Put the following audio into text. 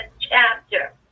chapter